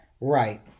Right